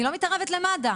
אני לא מתערבת למד"א,